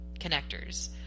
connectors